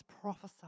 prophesied